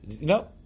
No